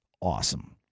awesome